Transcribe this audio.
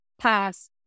pass